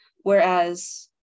whereas